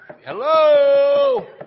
Hello